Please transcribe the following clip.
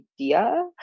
idea